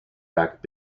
back